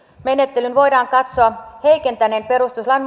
menettelyn voidaan katsoa heikentäneen perustuslain